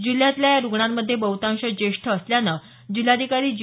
जिल्ह्यातल्या या रुग्णांमधे बहुतांश ज्येष्ठ असल्यानं जिल्हाधिकारी जी